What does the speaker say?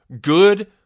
Good